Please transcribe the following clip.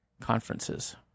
conferences